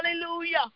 Hallelujah